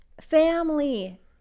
family